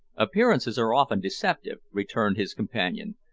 appearances are often deceptive, returned his companion,